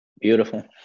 beautiful